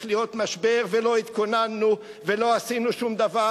להיות משבר ולא התכוננו ולא עשינו שום דבר,